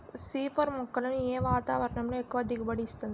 C four మొక్కలను ఏ వాతావరణంలో ఎక్కువ దిగుబడి ఇస్తుంది?